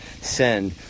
send